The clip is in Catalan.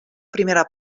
primera